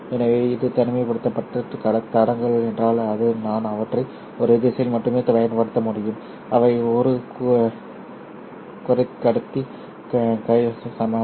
எனவே இது தனிமைப்படுத்தப்பட்ட தடங்கள் என்றால் நான் அவற்றை ஒரே திசையில் மட்டுமே பயன்படுத்த வேண்டும் அவை ஒரு குறைக்கடத்தி டையோடு சமம்